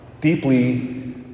deeply